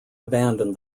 abandoned